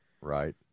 Right